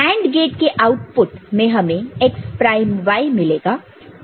AND gate के output में हमें x प्राइम y मिलेगा